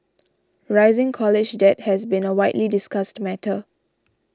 rising college debt has been a widely discussed matter